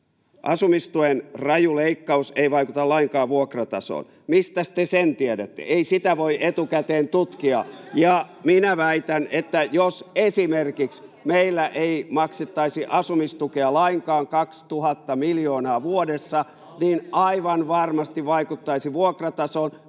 asumistuen raju leikkaus ei vaikuta lainkaan vuokratasoon. Mistäs te sen tiedätte? Ei sitä voi etukäteen tutkia. Ja minä väitän, että jos meillä esimerkiksi ei maksettaisi asumistukea lainkaan 2 000 miljoonaa vuodessa, niin aivan varmasti vaikuttaisi vuokratasoon,